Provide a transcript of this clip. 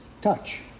touch